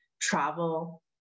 travel